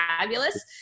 fabulous